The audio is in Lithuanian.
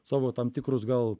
savo tam tikrus gal